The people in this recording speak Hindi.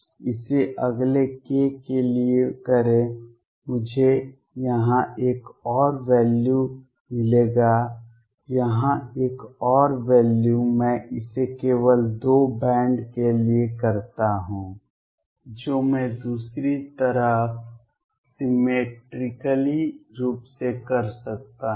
इसे अगले k के लिए करें मुझे यहां एक और वैल्यू मिलेगा यहां एक और वैल्यू मैं इसे केवल 2 बैंड के लिए करता हूं जो मैं दूसरी तरफ सीमेट्रिकली रूप से कर सकता हूं